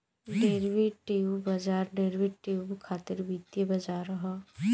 derivative बाजार derivative खातिर वित्तीय बाजार ह